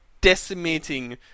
decimating